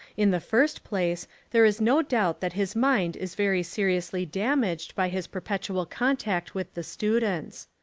in the first place there is no doubt that his mind is very seriously damaged by his per petual contact with the students.